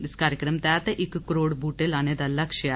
इस कार्यक्रम तैहत इक करोड़ बूटे लाने दा लक्ष्य ऐ